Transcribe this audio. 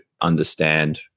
understand